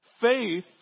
Faith